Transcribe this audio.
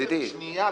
ידידי.